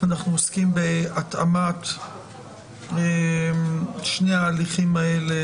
אנחנו עוסקים בהתאמת שני ההליכים האלה,